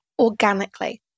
organically